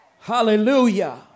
Hallelujah